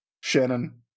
shannon